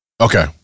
okay